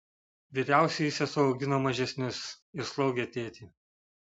vyriausioji sesuo augino mažesnius ir slaugė tėtį